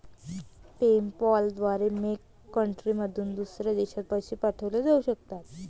PayPal द्वारे make कंट्रीमधून दुसऱ्या देशात पैसे पाठवले जाऊ शकतात